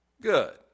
good